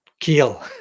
Kill